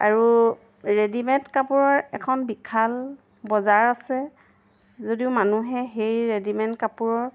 আৰু ৰেডিমেড কাপোৰৰ এখন বিশাল বজাৰ আছে যদিও মানুহে সেই ৰেডিমেড কাপোৰৰ